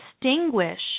distinguish